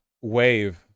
wave